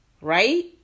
right